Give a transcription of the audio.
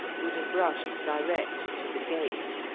would have rushed direct to the gate.